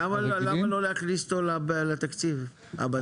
למה לא להכניס אותו לתקציב הבסיס?